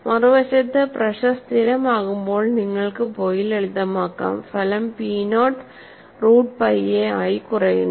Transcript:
മറുവശത്ത് പ്രെഷർ സ്ഥിരമാകുമ്പോൾ നിങ്ങൾക്ക് പോയി ലളിതമാക്കാം ഫലം p naught root pi a ആയി കുറയുന്നു